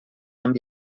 amb